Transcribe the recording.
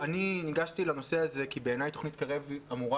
ניגשתי לנושא הזה כי בעיניי תוכנית קרב אמורה